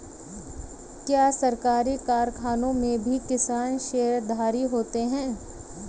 क्या सरकारी कारखानों में भी किसान शेयरधारी होते हैं?